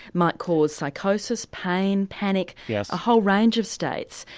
might cause psychosis, pain, panic yeah a whole range of states.